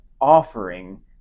offering